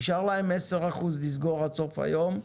נשארו להם 10% לסגור עד סוף היום,